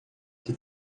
que